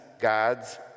God's